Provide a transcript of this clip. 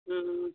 हूँ